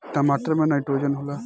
टमाटर मे नाइट्रोजन होला?